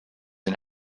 and